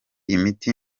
imiti